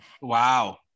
Wow